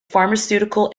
pharmaceutical